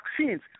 vaccines